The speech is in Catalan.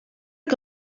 que